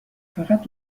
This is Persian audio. فقط